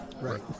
Right